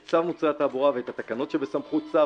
את צו מוצרי התעבורה ואת התקנות בסמכות שר,